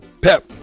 Pep